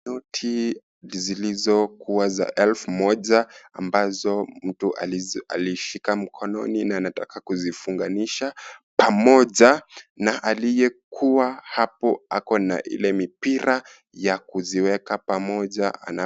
Noti zilizokua za elfu moja ambazo mtu alishika mkononi na anataka kuzifunganisha pamoja na aliyekuwa hapo ako na ile mipira ya kuziweka pamoja anapo...